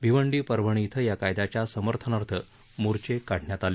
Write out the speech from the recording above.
भिवंडी परअणी इथं या कायदयाच्या समर्थनार्थ मोर्चा काढण्यात आले